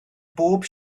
bob